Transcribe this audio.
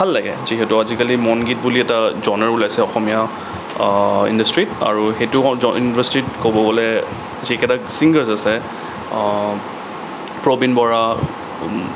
ভাল লাগে যিহেতু আজিকালি মনগীত বুলি এটা জ'নাৰ ওলাইছে অসমীয়া ইণ্ডাষ্ট্ৰিত আৰু সেইটো ইণ্ডাষ্ট্ৰিট ক'বলৈ গ'লে যিকেইটা চিংগাৰচ আছে প্ৰবীণ বৰা